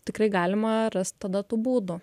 tikrai galima rast tada tų būdų